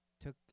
took